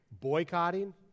boycotting